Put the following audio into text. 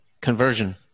Conversion